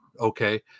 okay